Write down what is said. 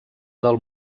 del